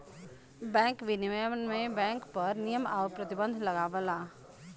bank विनियमन bank पर नियम आउर प्रतिबंध लगावला